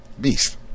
Beast